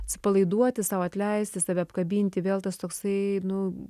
atsipalaiduoti sau atleisti save apkabinti vėl tas toksai nu